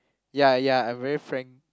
ya ya I'm very frank